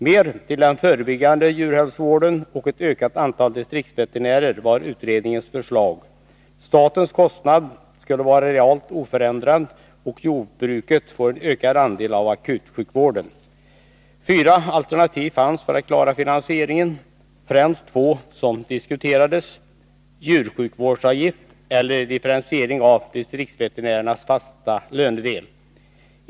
Mer till den förebyggande djurhälsovården och ett ökat antal distriktsveterinärer var utredningens förslag. Statens kostnad skulle vara realt oförändrad och jordbruket skulle få en ökad andel av akutsjukvården. Fyra alternativ fanns för att klara finansieringen. Främst två diskuterades — djursjukvårdsavgift eller differentiering av distriktsveterinärernas fasta lönedel.